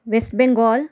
West Bengal